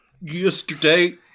yesterday